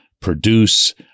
produce